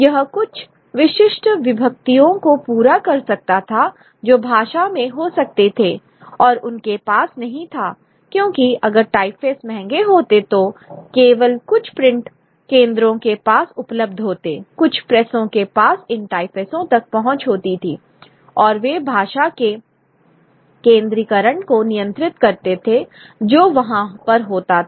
यह कुछ विशिष्ट विभक्तियों को पूरा कर सकता था जो भाषा में हो सकते थे और उनके पास नहीं था क्योंकि अगर टाइपफेस महंगे होते तो केवल कुछ प्रिंट केंद्रों के पास उपलब्ध होते कुछ प्रेसों के पास इन टाइपफेसों तक पहुंच होती थी और वे भाषा के केंद्रीकरण को नियंत्रित करते थे जो वहां पर होता था